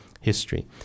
history